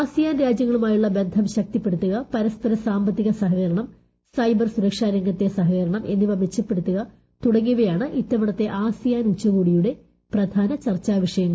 ASEAN രാജ്യങ്ങളുമായുള്ള ബന്ധം ശക്തിപ്പെടുത്തുക പരസ്പര സാമ്പത്തിക സഹകരണം സൈബർ സുരക്ഷാ രംഗത്തെ സഹകരണം എന്നിവ മെച്ചപ്പെടുത്തുക തുടങ്ങിയവയാണ് ഇത്തവണത്തെ ആസിയാൻ ഉച്ചകോടിയുടെ പ്രധാന ചർച്ചാ വിഷയങ്ങൾ